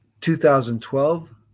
2012